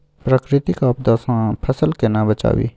प्राकृतिक आपदा सं फसल केना बचावी?